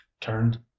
turned